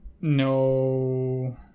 no